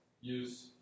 use